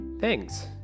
Thanks